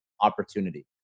opportunity